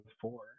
four